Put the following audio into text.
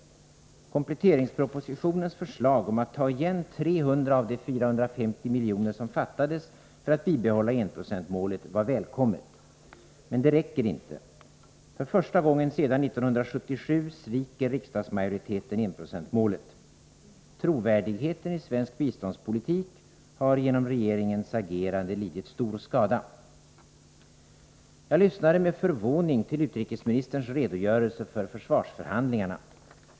Kompletteringspropositionens förslag om att ta igen 300 miljoner av de 450 milj.kr. som fattades för att bibehålla enprocentsmålet var välkommet. Men det räcker inte. För första gången sedan 1977 sviker riksdagsmajoriteten enprocentsmålet. Trovärdigheten i svensk biståndspolitik har genom regeringens agerande lidit stor skada. Jag lyssnade med förvåning till utrikesministerns redogörelse för försvarsförhandlingarna.